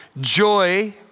joy